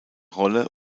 rolle